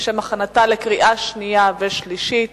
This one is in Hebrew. לשם הכנתה לקריאה שנייה ושלישית.